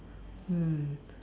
mm